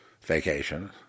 vacation